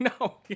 No